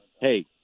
hey